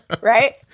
Right